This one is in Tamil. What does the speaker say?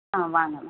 ஆ வாங்கம்மா